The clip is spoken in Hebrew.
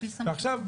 ועכשיו,